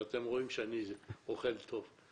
ואתם רואים שאני אוכל טוב,